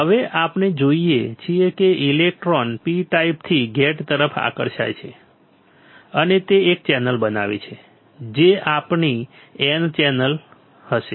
હવે આપણે જોઈએ છીએ કે ઇલેક્ટ્રોન P ટાઇપથી ગેટ તરફ આકર્ષાય છે અને તે એક ચેનલ બનાવે છે જે આપણી N ટાઇપ ચેનલ હશે